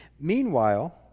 Meanwhile